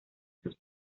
sus